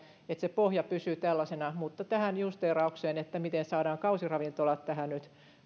pohja pysyy tällaisena mutta tästä justeerauksesta miten saadaan kausiravintolat tähän nyt